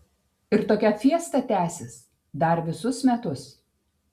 ir tokia fiesta tęsis dar visus metus